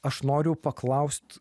aš noriu paklaust